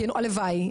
הלוואי,